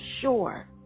sure